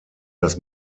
das